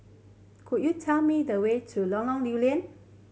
could you tell me the way to Lorong Lew Lian